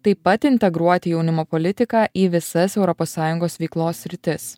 taip pat integruoti jaunimo politiką į visas europos sąjungos veiklos sritis